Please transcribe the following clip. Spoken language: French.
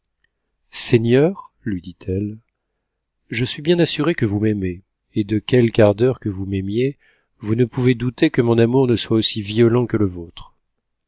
seigneur lui dit-elle je suis bien assurée que vous m'aimez et de quelque ardeur que vous m'aimiez vous ne pouvez douter que mon amour ne soit aussi violent que le vôtre